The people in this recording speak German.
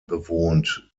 bewohnt